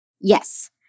Yes